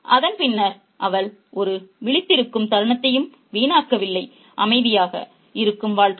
அதன் பின்னர் அவள் ஒரு விழித்திருக்கும் தருணத்தையும் வீணாக்கவில்லை அமைதியாக இருக்கும் வாழ்க்கை